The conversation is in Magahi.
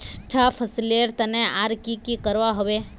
अच्छा फसलेर तने आर की की करवा होबे?